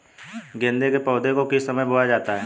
गेंदे के पौधे को किस समय बोया जाता है?